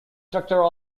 structure